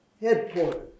headquarters